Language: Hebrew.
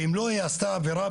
ואם לא היא עשתה עבירה,